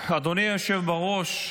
אדוני היושב בראש,